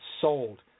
sold